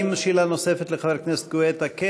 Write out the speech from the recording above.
האם יש שאלה נוספת לחבר הכנסת גואטה?